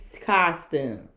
costume